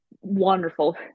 wonderful